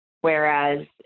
Whereas